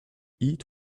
eat